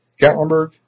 Gatlinburg